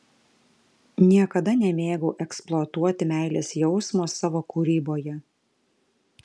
niekada nemėgau eksploatuoti meilės jausmo savo kūryboje